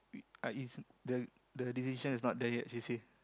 we I the the decision is not there yet she say